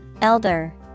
elder